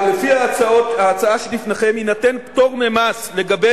לפי ההצעה שלפניכם יינתן פטור ממס לגבי